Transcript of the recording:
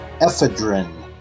ephedrine